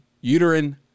uterine